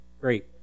great